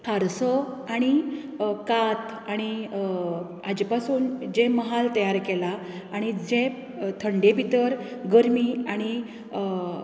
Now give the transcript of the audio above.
हारसो आनी कात आनी हाचे पासून जे महाल तयार केला आनी जे थंडे भितर गरमी आनी